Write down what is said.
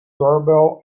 doorbell